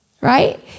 right